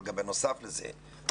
אבל בנוסף לזה,